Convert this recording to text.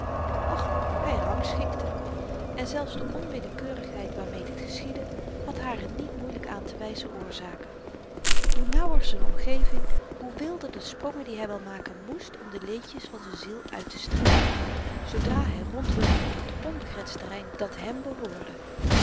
och hy rangschikte en zelfs de onwillekeurigheid waarmee dit geschiedde had hare niet moeielyk aantewyzen oorzaken hoe nauwer z'n omgeving hoe wilder de sprongen die hy wel maken moest om de leedjes van z'n ziel uittestrekken zoodra hy rondhuppelde op t onbegrensd terrein dat hèm behoorde